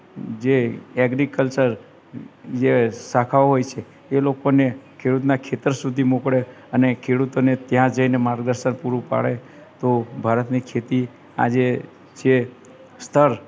જે એગ્રીકલ્ચર જે શાખાઓ હોય છે એ લોકોને ખેડૂતનાં ખેતર સુધી મોકલે અને ખેડૂતોને ત્યાં જઈને માર્ગદર્શન પૂરું પાડે તો ભારતની ખેતી આજે છે સ્તર